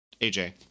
aj